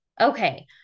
Okay